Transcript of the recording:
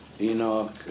Enoch